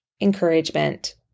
encouragement